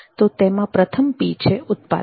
તો તેમાં પ્રથમ P છે ઉત્પાદન